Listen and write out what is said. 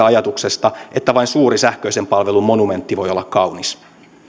ajatuksesta että vain suuri sähköisen palvelun monumentti voi olla kaunis